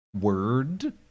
word